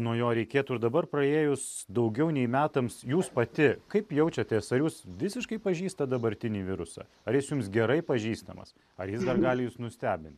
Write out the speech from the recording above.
nuo jo reikėtų ir dabar praėjus daugiau nei metams jūs pati kaip jaučiatės ar jūs visiškai pažįstat dabartinį virusą ar jis jums gerai pažįstamas ar jis dar gali jus nustebint